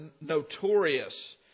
notorious